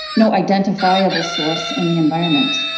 no identifiable source in the environment.